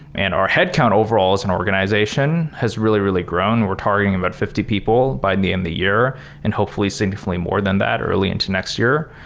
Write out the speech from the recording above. and our headcount overall as an organization has really, really grown. we're targeting about fifty people by the end the year and hopefully significantly more than that early into next year.